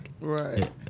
Right